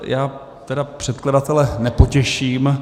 Já tedy předkladatele nepotěším.